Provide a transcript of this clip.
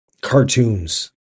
cartoons